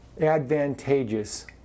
advantageous